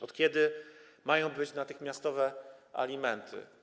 Od kiedy mają być natychmiastowe alimenty?